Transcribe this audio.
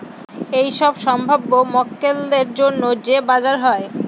এইসব সম্ভাব্য মক্কেলদের জন্য যে বাজার হয়